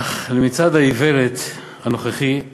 אך מצעד האיוולת הנוכחי,